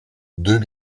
deux